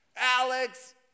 Alex